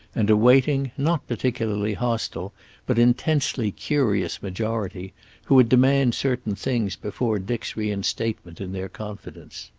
and a waiting, not particularly hostile but intensely curious majority, who would demand certain things before dick's reinstatement in their confidence.